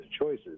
choices